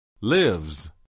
lives